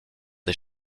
des